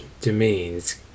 domains